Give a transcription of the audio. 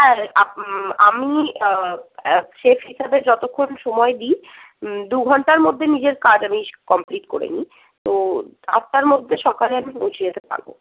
আর আম আমি সে ঠিক আছে যতক্ষণ সময় দি দু ঘন্টার মধ্যে নিজের কাজ আমি কমপ্লিট করে নি তো আটটার মধ্যে সকালে আমি পৌঁছে যেতে পারবো